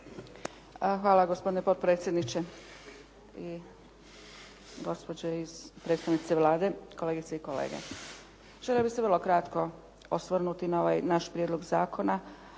Hvala gospodine potpredsjedniče i gospođe predstavnice Vlade, kolegice i kolege. Željela bih se vrlo kratko osvrnuti na ovaj naš Prijedlog zakona